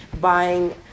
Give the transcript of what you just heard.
buying